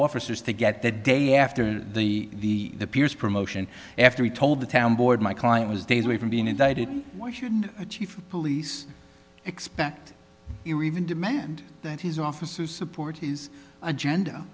officers to get that day after the piers promotion after he told the town board my client was days away from being indicted why shouldn't the chief of police expect even demand that his officers support his agenda